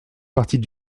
partit